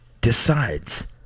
decides